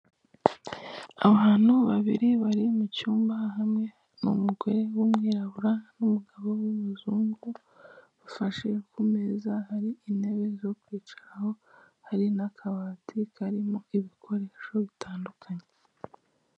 Abantu babiri bari mu cyumba hamwe n'umugore w'umwirabura, n'umugabo w'umuzungu bafashe ku meza, hari intebe zo kwicaraho, hari n'akabati karimo ibikoresho bitandukanye.